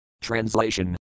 Translation